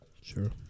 Sure